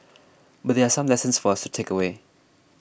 but there are some lessons for us to takeaway